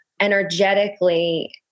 energetically